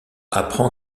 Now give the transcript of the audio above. apprend